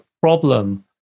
problem